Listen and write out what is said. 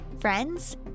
Friends